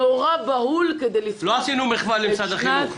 לא עשינו מחווה למשרד החינוך.